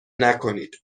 نکنید